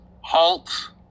halt